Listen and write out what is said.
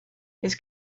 his